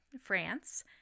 France